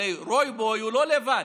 הרי רוי בוי הוא לא לבד.